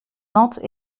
nantes